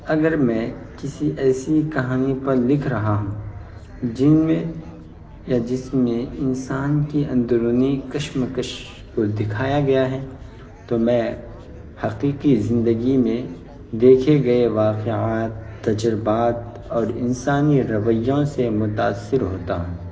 اگر میں کسی ایسی کہانی پر لکھ رہا ہوں جن میں یا جس میں انسان کی اندرونی کشمکش کو دکھایا گیا ہے تو میں حقیقی زندگی میں دیکھے گئے واقعات تجربات اور انسانی رویوں سے متاثر ہوتا ہوں